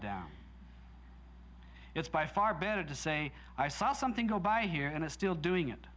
down it's by far better to say i saw something go by here and i still doing it